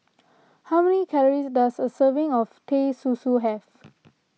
how many calories does a serving of Teh Susu have